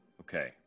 okay